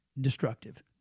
destructive